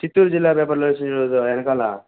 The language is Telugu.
చిత్తూరు జిల్లా పేపర్లో వేశారు చూడు వెనకాల